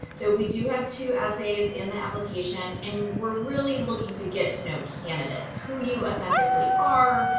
so we do have two essays in the application, and we're really looking to get to know candidates, who you authentically are,